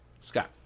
Scott